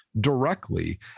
directly